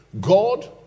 God